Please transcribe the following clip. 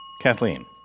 Kathleen